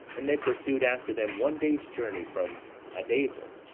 and they pursued after them one day's journey from adazer,